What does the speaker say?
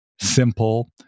simple